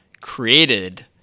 created